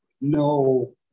no